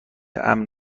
امن